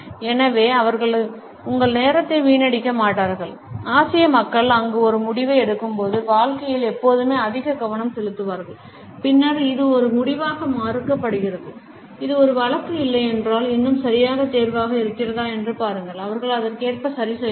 எனவே அவர்கள் உங்கள் நேரத்தை வீணடிக்க மாட்டார்கள் ஆசிய மக்கள் அங்கு ஒரு முடிவை எடுக்கும்போது வாழ்க்கையில் எப்போதுமே அதிக கவனம் செலுத்துவார்கள் பின்னர் இது ஒரு முடிவாக மறுக்கப்படுகிறது இது ஒரு வழக்கு இல்லையென்றால் இன்னும் சரியான தேர்வாக இருக்கிறதா என்று பாருங்கள் அவர்கள் அதற்கேற்ப சரிசெய்வார்கள்